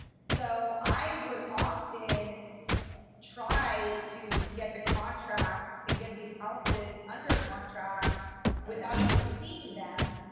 so i would often try to get the contracts and get these houses under contract without even seeing them,